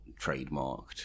trademarked